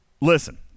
Listen